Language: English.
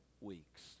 weeks